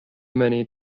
many